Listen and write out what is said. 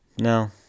No